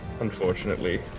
Unfortunately